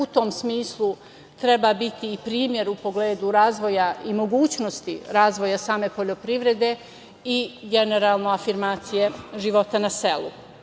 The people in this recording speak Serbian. u tom smislu treba biti i primer u pogledu razvoja i mogućnosti razvoja same poljoprivrede i generalno afirmacije života na selu. Ovim